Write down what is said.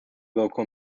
local